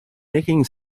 nicking